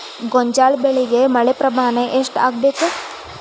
ಗೋಂಜಾಳ ಬೆಳಿಗೆ ಮಳೆ ಪ್ರಮಾಣ ಎಷ್ಟ್ ಆಗ್ಬೇಕ?